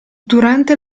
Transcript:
durante